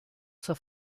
zur